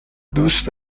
دوست